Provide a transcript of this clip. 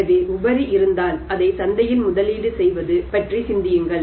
எனவே உபரி இருந்தால் அதை சந்தையில் முதலீடு செய்வது பற்றி சிந்தியுங்கள்